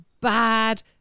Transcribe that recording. bad